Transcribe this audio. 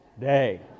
Day